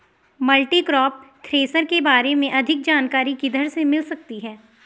Multicrop thresher के बारे में अधिक जानकारी किधर से मिल सकती है?